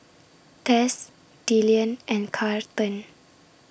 Tess Dillion and Carlton